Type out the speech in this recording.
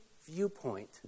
viewpoint